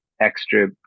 extra